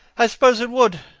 i suppose it would,